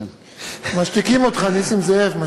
משתיקים אותך, נסים זאב.